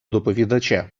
доповідача